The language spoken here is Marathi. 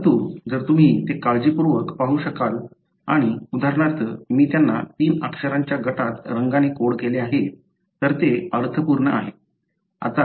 परंतु जर तुम्ही ते काळजीपूर्वक पाहू शकता आणि उदाहरणार्थ मी त्यांना तीन अक्षरांच्या गटात रंगाने कोड केले आहे तर ते अर्थपूर्ण आहे